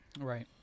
Right